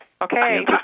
Okay